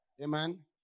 Amen